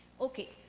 Okay